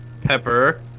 Pepper